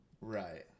Right